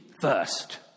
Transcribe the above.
first